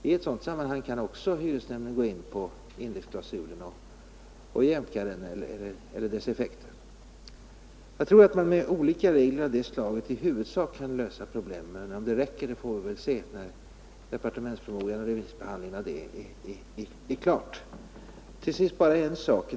I ett sådant sammanhang kan hyresnämnden gå in på indexklausulen och jämka den eller dess effekter. Jag tror att man med olika regler av det slaget i huvudsak kan lösa problemet, men om det räcker får vi se, när remissbehandlingen av departementspromemorian är klar. Till sist bara en sak.